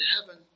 heaven